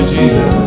Jesus